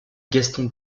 gaston